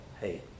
hey